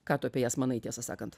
ką tu apie jas manai tiesą sakant